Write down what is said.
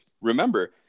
remember